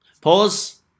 Pause